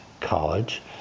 College